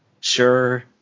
sure